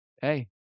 hey